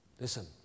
Listen